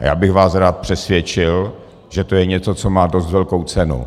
A já bych vás rád přesvědčil, že to je něco, co má dost velkou cenu.